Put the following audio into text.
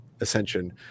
Ascension